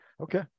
Okay